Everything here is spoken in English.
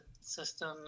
system